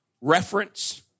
reference